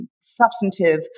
substantive